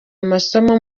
amasomo